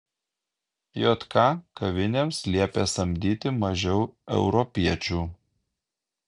jk kavinėms liepė samdyti mažiau europiečių